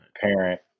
parent